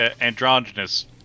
androgynous